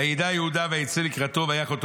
וידע יהודה ויצא לקראתו ויך אותו